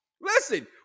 Listen